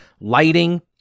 lighting